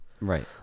Right